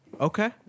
Okay